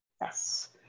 Yes